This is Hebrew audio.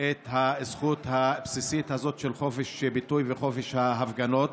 על הזכות הבסיסית הזאת של חופש הביטוי וחופש ההפגנות.